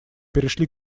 перешли